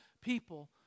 people